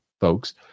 folks